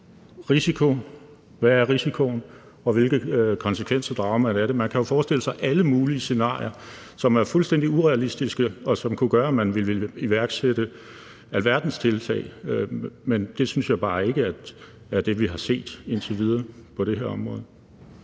hvad er risikoen, og hvilke konsekvenser drager man af det? Man kan jo forestille sig alle mulige scenarier, som er fuldstændig urealistiske, og som kunne gøre, at man ville iværksætte alverdens tiltag. Men det synes jeg bare ikke er det, vi har set indtil videre på det her område.